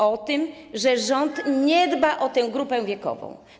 O tym, że rząd nie dba o tę grupę wiekową.